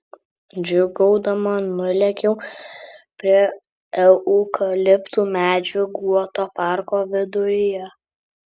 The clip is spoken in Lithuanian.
džiūgaudama nulėkiau prie eukaliptų medžių guoto parko viduryje